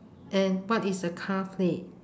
and what is the car plate